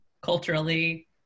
culturally